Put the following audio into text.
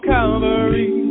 Calvary